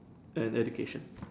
and education